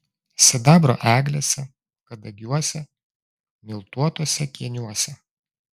sidabro eglėse kadagiuose miltuotuose kėniuose